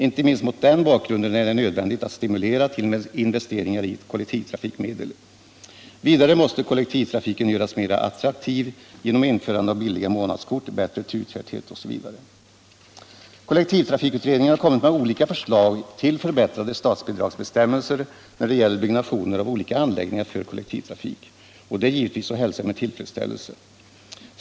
Inte minst mot den bakgrunden är det nödvändigt att stimulera till investeringar i kollektivtrafikmedel. Vidare måste kollektivtrafiken göras mera attraktiv genom införande av billiga månadskort, bättre turtäthet osv. Kollektivtrafikutredningen har kommit med olika förslag till förbättrade statsbidragsbestämmelser när det gäller byggnationer av olika anläggningar för kollektivtrafik. Detta är givetvis att hälsa med tillfredsställelse.